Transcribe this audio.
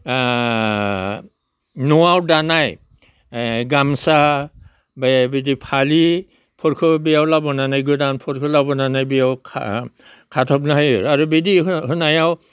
न'आव दानाय गामसा बेबिदि फालिफोरखौ बेयाव लाबोनानै गोदानफोरखौ लाबोनानै बेयाव खाथबना होयो आरो बिदि होनायाव